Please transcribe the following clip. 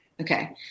Okay